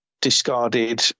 discarded